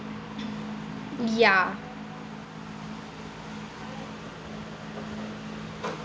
ya